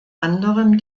anderem